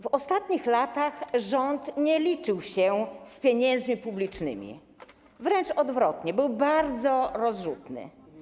W ostatnich latach rząd nie liczył się z pieniędzmi publicznymi, wręcz odwrotnie, był bardzo rozrzutny.